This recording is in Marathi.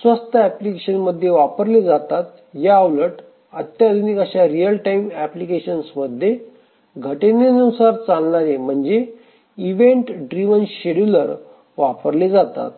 स्वस्त ऍप्लिकेशन्स मध्ये वापरले जातात याउलट अत्याधुनिक अशा रियल टाईम एप्लिकेशन्स मध्ये घटनेनुसार चालणारे म्हणजे इव्हेंट ड्रिव्हन शेड्युलर वापरले जातात